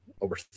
over